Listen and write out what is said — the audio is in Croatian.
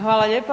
Hvala lijepa.